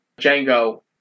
Django